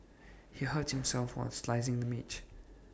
he hurt himself while slicing the mech